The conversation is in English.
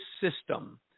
system